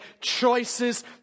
choices